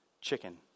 chicken